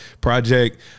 project